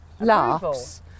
Laughs